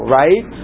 right